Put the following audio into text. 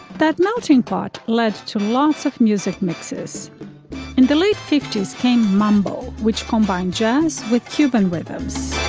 that melting pot led to lots of music mixes in the late fifty s came mambo which combine jazz with cuban rhythms.